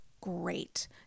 great